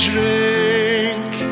drink